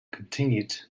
continued